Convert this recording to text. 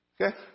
Okay